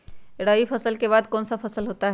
रवि फसल के बाद कौन सा फसल होता है?